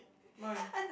my